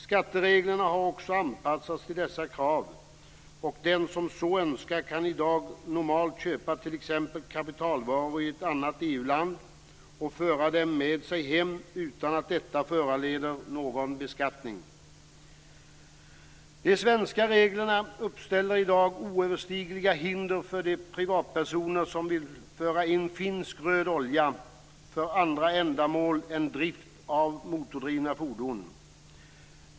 Skattereglerna har också anpassats till dessa krav, och den som så önskar kan i dag normalt köpa t.ex. kapitalvaror i ett annat EU-land och föra dem med sig hem utan att detta föranleder någon beskattning. De svenska reglerna uppställer i dag oöverstigliga hinder för de privatpersoner som vill föra in finsk röd olja för andra ändamål än drift av motordrivna fordon.